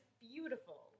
beautiful